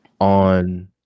on